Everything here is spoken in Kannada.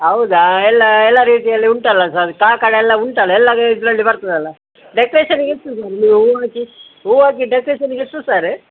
ಹೌದಾ ಎಲ್ಲ ಎಲ್ಲ ರೀತಿಯಲ್ಲಿ ಉಂಟಲ್ಲ ಸರ್ ಕಾಕಡ ಎಲ್ಲ ಉಂಟಲ ಎಲ್ಲ ಇದರಲ್ಲಿ ಬರ್ತದಲ್ಲ ಡೆಕ್ರೇಷನ್ಗೆ ಎಷ್ಟು ಸರ್ ಹೂ ಹಾಕಿ ಹೂ ಹಾಕಿ ಡೆಕ್ರೇಷನ್ಗೆ ಎಷ್ಟು ಸರ್